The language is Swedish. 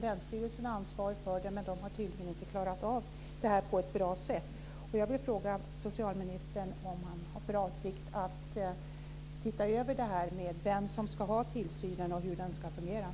Länsstyrelsen har ansvar för det, men man har tydligen inte klarat av detta på ett bra sätt.